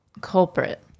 Culprit